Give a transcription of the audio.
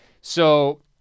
So-